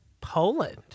Poland